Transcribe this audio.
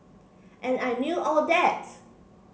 and I knew all that